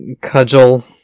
cudgel